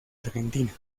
argentina